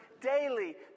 daily